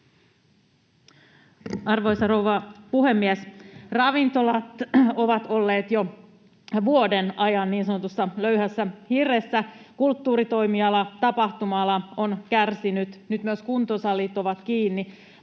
Arvoisa rouva puhemies! Ravintolat ovat olleet jo vuoden ajan niin sanotussa löyhässä hirressä. Kulttuuritoimiala ja tapahtuma-ala ovat kärsineet. Nyt myös kuntosalit ovat kiinni.